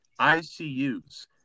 ICUs